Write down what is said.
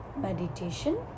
meditation